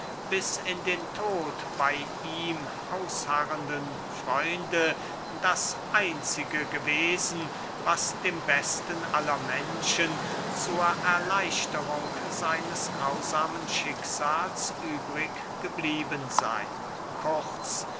bis in den tod bey ihm ausharrenden freunde das einzige gewesen was dem besten aller menschen zur erleichterung seines grausamen schicksals übrig geblieben sey